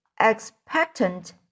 expectant